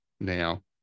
Now